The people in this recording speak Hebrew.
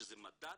שזה מדד,